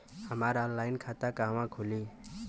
हमार ऑनलाइन खाता कहवा खुली?